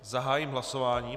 Zahájím hlasování.